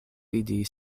fidi